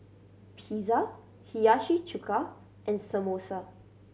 Pizza Hiyashi Chuka and Samosa